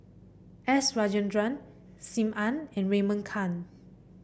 S Rajendran Sim Ann and Raymond Kang